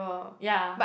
ya